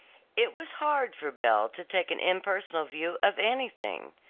it was hard for belle to take an impersonal view of anything,